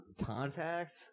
Contacts